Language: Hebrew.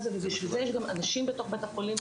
זה ובשביל זה יש גם אנשים בתוך בתי החולים,